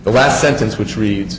the last sentence which reads